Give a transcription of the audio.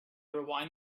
rewind